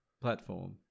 platform